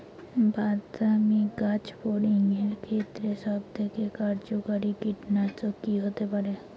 বাদামী গাছফড়িঙের ক্ষেত্রে সবথেকে কার্যকরী কীটনাশক কি হতে পারে?